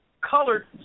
colored